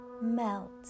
melt